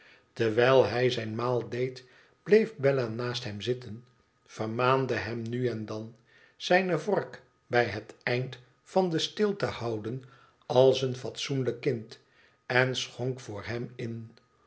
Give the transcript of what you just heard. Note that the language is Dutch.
terwijl hij zijn maal deed bleef bella naast hem zitten vermaande hem nu en dan zijne vork bij het eind van den steel te houden als een üatsoenlijk kind en schonk voor hem in